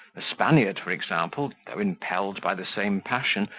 a spaniard, for example, though impelled by the same passion,